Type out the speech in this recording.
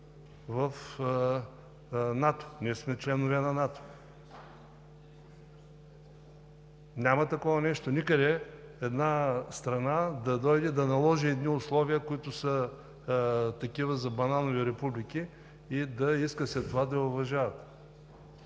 в НАТО. Ние сме членове на НАТО. Никъде няма такова нещо една страна да дойде и да наложи едни условия, които са за бананови републики, и да иска след това да я уважават!